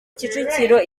kicukiro